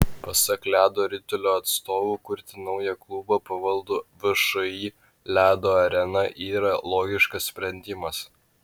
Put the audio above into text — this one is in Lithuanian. pasak ledo ritulio atstovų kurti naują klubą pavaldų všį ledo arena yra logiškas sprendimas